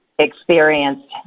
experienced